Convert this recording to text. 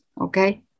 okay